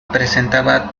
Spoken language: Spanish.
presentaba